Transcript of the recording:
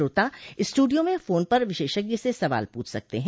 श्रोता स्टूडियो में फोन कर विशेषज्ञ से सवाल पूछ सकते हैं